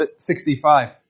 65